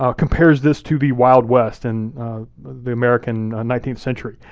ah compares this to the wild west in the american nineteenth century,